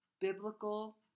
Biblical